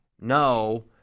no